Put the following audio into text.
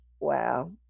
wow